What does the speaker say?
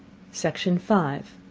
section five.